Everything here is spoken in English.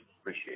Appreciate